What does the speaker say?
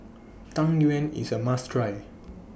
Tang Yuen IS A must Try